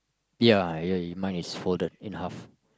ya ya mine is folded in half